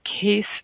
case